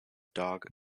dog